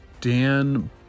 Dan